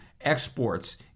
exports